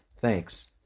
Thanks